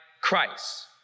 Christ